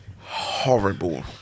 Horrible